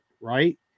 right